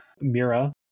Mira